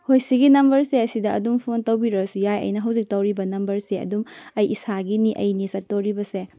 ꯍꯣꯏ ꯁꯤꯒꯤ ꯅꯝꯕꯔꯁꯦ ꯁꯤꯗ ꯑꯗꯨꯝ ꯐꯣꯟ ꯇꯧꯕꯤꯔꯛꯑꯁꯨ ꯌꯥꯏ ꯑꯩꯅ ꯍꯧꯖꯤꯛ ꯇꯧꯔꯤꯕ ꯅꯝꯕꯔꯁꯦ ꯑꯗꯨꯝ ꯑꯩ ꯏꯁꯥꯒꯤꯅꯤ ꯑꯩꯅꯤ ꯆꯠꯇꯣꯔꯤꯕꯁꯦ